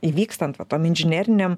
įvykstant va tom inžinerinėm